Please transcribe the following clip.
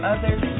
Others